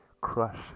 crush